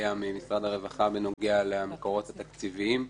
ממשרד הרווחה בנוגע למקורות התקציביים.